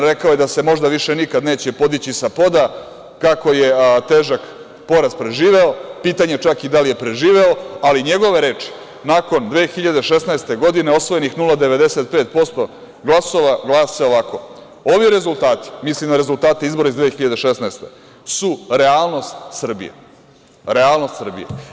Rekao je da se možda više nikad neće podići sa poda kako je težak poraz preživeo, pitanje čak i da li je preživeo, ali njegove reči nakon 2016. godine osvojenih 0,95% glasova, glase ovako – ovi rezultati, misli na rezultate izbora iz 2016. godine, su realnost Srbije.